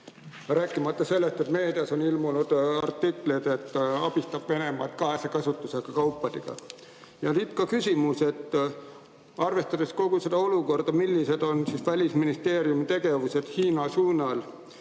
Rääkimata sellest, et meedias on ilmunud artikleid, et ta abistab Venemaad kahese kasutusega kaupadega. Ja siit ka küsimus. Arvestades kogu seda olukorda, millised on Välisministeeriumi tegevused Hiina suunal?